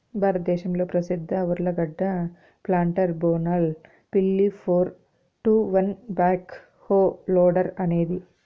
భారతదేశంలో ప్రసిద్ధ ఉర్లగడ్డ ప్లాంటర్ బోనాల్ పిల్లి four two one backhoe loader అనేది